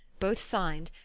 both signed,